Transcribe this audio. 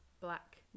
Black